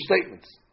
statements